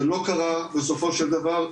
זה לא קרה בסופו של דבר,